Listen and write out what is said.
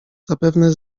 zapewne